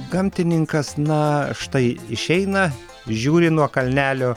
gamtininkas na štai išeina žiūri nuo kalnelio